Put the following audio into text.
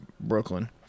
Brooklyn